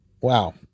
Wow